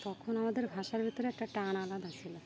তখন আমাদের ভাষার ভিতরে একটা টান আলাদা ছিলো